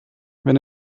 wenn